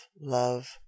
love